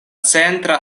centra